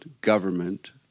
government